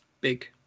big